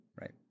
right